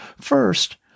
First